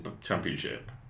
championship